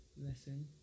lesson